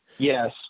Yes